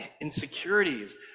insecurities